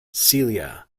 celia